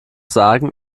sagen